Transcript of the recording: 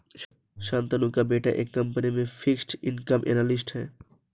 शांतनु का बेटा एक कंपनी में फिक्स्ड इनकम एनालिस्ट है